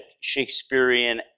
Shakespearean